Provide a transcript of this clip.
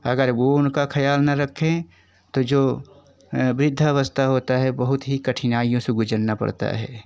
अगर वो उनका ख्याल ना रखें तो जो वृद्धावस्था होता है बहुत ही कठिनाइयों से गुजरना पड़ता है